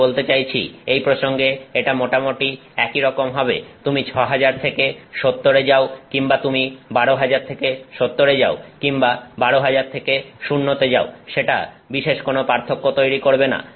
আমি বলতে চাইছি এই প্রসঙ্গে এটা মোটামুটি একই রকম হবে তুমি 6000 থেকে 70 এ যাও কিংবা তুমি 12000 থেকে 70 এ যাও কিংবা 12000 থেকে 0 তে যাও সেটা বিশেষ কোনো পার্থক্য তৈরী করবে না